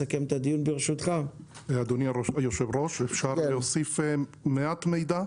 אדוני היושב-ראש, אפשר להוסיף מעט מידע?